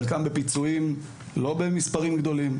חלקם בפיצויים לא במספרים גדולים,